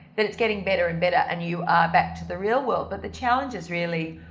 that it's getting better and better and you are back to the real world. but the challenge is really,